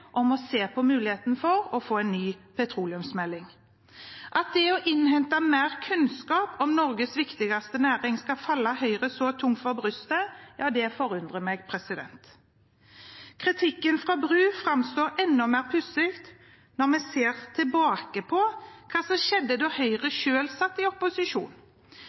om å se på muligheten for å få en ny petroleumsmelding. At det å innhente mer kunnskap om Norges viktigste næring skal falle Høyre så tungt for brystet, forundrer meg. Kritikken fra Tina Bru framstår enda mer pussig når vi ser tilbake på hva som skjedde da Høyre selv satt i opposisjon.